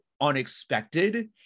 unexpected